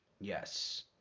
yes